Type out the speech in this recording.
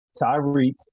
Tyreek